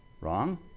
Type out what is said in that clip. Wrong